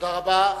תודה רבה.